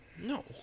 No